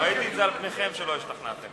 ראיתי על פניכם שלא השתכנעתם.